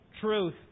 truth